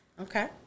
Okay